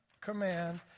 command